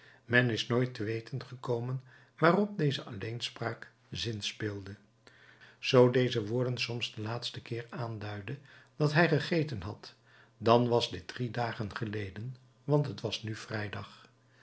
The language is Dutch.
men is nooit te weten gekomen waarop deze alleenspraak zinspeelde zoo deze woorden soms den laatsten keer aanduidden dat hij gegeten had dan was dit drie dagen geleden want het was nu vrijdag